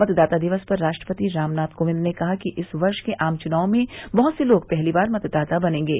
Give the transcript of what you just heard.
मतदाता दिवस पर राष्ट्रपति रामनाथ कोविंद ने कहा है कि इस वर्ष के आम च्नावों में बहत से लोग पहली बार मतदाता बनेंगे